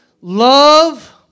love